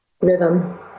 rhythm